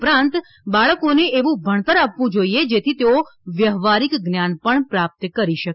ઉપરાંત બાળકોને એવું ભણતર આપવું જોઇએ જેથી તેઓ વ્યાવહારિક જ્ઞાન પણ પ્રાપ્ત કરી શકે